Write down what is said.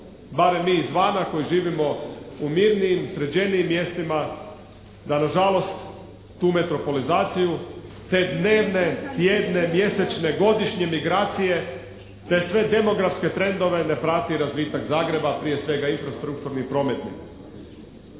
barem mi izvana koji živimo u mirnijim, sređenijim mjestima da na žalost tu metrpolizaciju te dnevne, mjesečne, godišnje migracije, te sve demografske trendove ne prati razvitak Zagreba, prije svega infrastrukturni i prometni.